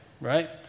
right